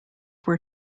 were